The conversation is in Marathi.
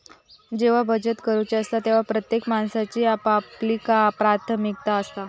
जेव्हा बचत करूची असता तेव्हा प्रत्येक माणसाची आपापली प्राथमिकता असता